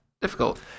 difficult